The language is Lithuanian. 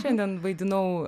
šiandien vaidinau